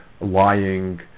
lying